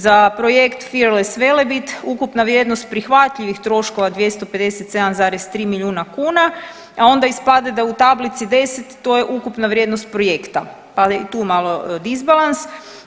Za projekt Fearless Velebit ukupna vrijednost prihvatljivih troškova 257,3 milijuna kuna, a onda ispada da u tablici 10 to je ukupna vrijednost projekta, pa je i tu malo disbalans.